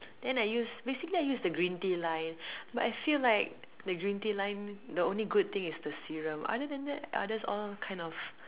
then I use basically I use the green tea line but I feel like the green tea line the only good thing is the serum other than that others all kind of